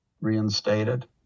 reinstated